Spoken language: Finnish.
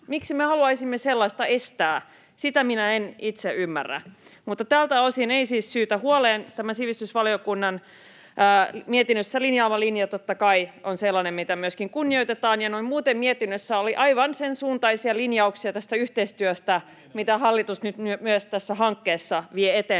Miksi me haluaisimme sellaista estää? Sitä minä en itse ymmärrä. Mutta tältä osin ei siis syytä huoleen. Tämä sivistysvaliokunnan mietinnössä linjaama linja totta kai on sellainen, mitä myöskin kunnioitetaan, ja noin muuten mietinnössä oli aivan sensuuntaisia linjauksia tästä yhteistyöstä, [Jukka Gustafsson: Juuri näin!] mitä hallitus nyt myös tässä hankkeessa vie eteenpäin,